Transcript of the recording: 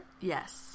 yes